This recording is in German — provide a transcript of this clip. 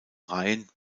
reihen